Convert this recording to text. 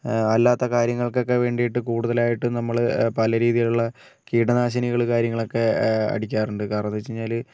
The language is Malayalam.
അല്ലാത്ത കാര്യങ്ങൾക്കൊക്കേ വേണ്ടിയിട്ട് കൂടുതലായിട്ടും നമ്മൾ പല രീതിയിലുള്ള കീടനാശിനികളും കാര്യങ്ങളൊക്കേ അടിക്കാറുണ്ട് കാരണമെന്താണെന്നു വെച്ച് കഴിഞ്ഞാൽ